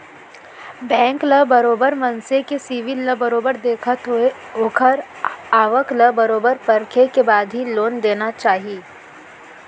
bank ल बरोबर मनसे के सिविल ल बरोबर देखत होय ओखर आवक ल बरोबर परखे के बाद ही लोन देना चाही